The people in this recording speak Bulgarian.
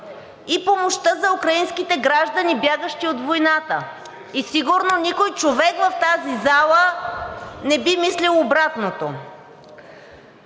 и помощта за украинските граждани, бягащи от войната, и сигурно никой човек в тази зала не би мислил обратното.